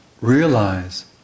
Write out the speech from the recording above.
realize